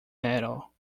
metal